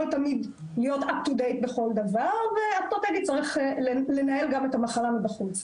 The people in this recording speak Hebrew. להיות מעודכן בכל דבר והוא צריך לנהל גם את המחלה מבחוץ.